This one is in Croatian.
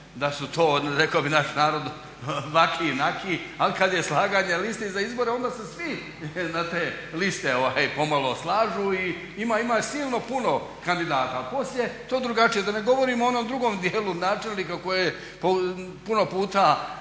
da su to rekao bi naš narod vaki naki al kad je slaganje listi za izbore onda se svi na te liste pomalo slažu i ima silno puno kandidata. Poslije je to drugačije. Da ne govorim o onom drugom dijelu načelnika koje puno puta